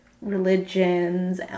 religions